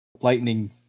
lightning